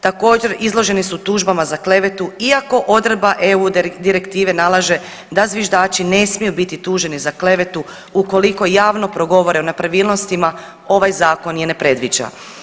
Također izloženi su tužbama za klevetu, iako odredba EU direktiva nalaže da zviždači ne smiju biti tuženi za klevetu ukoliko javno progovore o nepravilnostima ovaj zakon je ne predviđa.